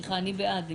מי נמנע?